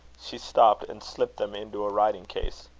she stopped and slipped them into a writing-case.